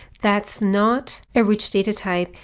that's not a rich data type,